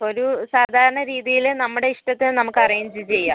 അപ്പോൾ ഒരു സാധാരണ രീതിയിൽ നമ്മുടെ ഇഷ്ടത്തിന് നമുക്ക് അറേഞ്ച് ചെയ്യാം